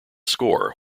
score